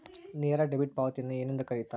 ನೇರ ಡೆಬಿಟ್ ಪಾವತಿಯನ್ನು ಏನೆಂದು ಕರೆಯುತ್ತಾರೆ?